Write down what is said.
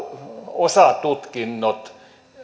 osatutkinnot